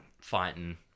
fighting